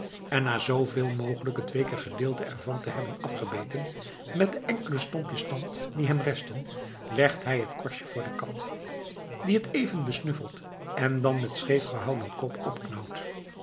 en na zooveel mogelijk het weeke gedeelte er van te hebben afgebeten met de enkele stompjes tand die hem resten legt hij het korstje voor de kat die het even besnuffelt en dan met scheef gehouden kop